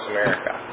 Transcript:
America